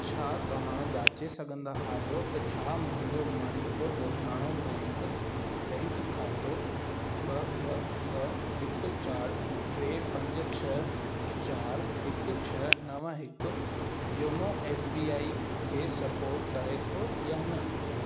छा तव्हां जांचे सघंदा आहियो त छा मुंहिंजो मणिपुर ॻोठाणो बैंक बैंक खातो ॿ ॿ ॿ हिकु चारि टे पंज छह चारि हिकु छह नव हिकु योनो एस बी आई खे सपोट करे थो या न